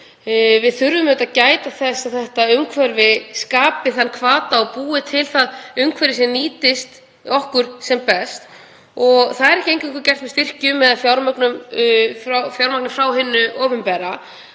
Við þurfum að gæta þess að þetta umhverfi skapi þann hvata og búi til það umhverfi sem nýtist okkur sem best. Það er ekki eingöngu gert með styrkjum eða fjármagni frá hinu opinbera